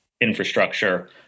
infrastructure